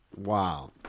Wow